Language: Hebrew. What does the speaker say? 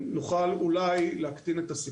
נוכל אולי להקטין את הסיכון.